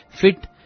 fit